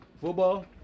Football